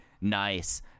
nice